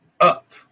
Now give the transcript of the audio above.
up